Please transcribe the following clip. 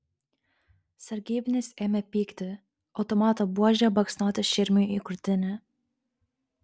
sargybinis ėmė pykti automato buože baksnoti širmiui į krūtinę